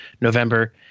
November